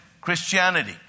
Christianity